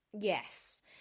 Yes